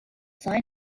sign